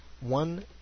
one